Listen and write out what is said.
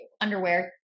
underwear